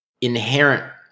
inherent